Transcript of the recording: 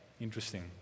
Interesting